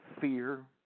fear